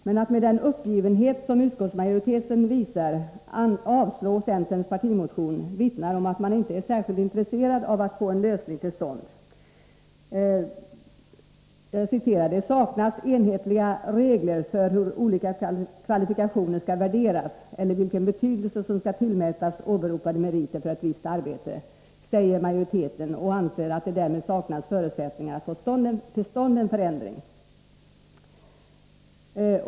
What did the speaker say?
Men att med den uppgivenhet som utskottsmajoriteten visar avstyrka centerns partimotion vittnar om att man inte är särskilt intresserad av att få en lösning till stånd. I betänkandet sägs: ”Det saknas enhetliga regler för hur olika kvalifikationer skall värderas eller vilken betydelse som skall tillmätas åberopade meriter för ett visst arbete.” Utskottsmajoriteten anser att det därmed saknas förutsättningar för att få till stånd den förändring som vi föreslår.